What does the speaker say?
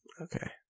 Okay